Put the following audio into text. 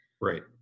right